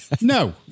No